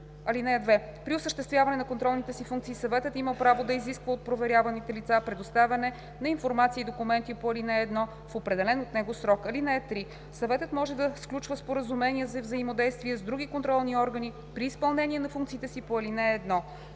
начин. (2) При осъществяване на контролните си функции съветът има право да изисква от проверяваните лица предоставяне на информация и документи по ал. 1 в определен от него срок. (3) Съветът може да сключва споразумения за взаимодействие с други контролни органи при изпълнение на функциите си по ал. 1.“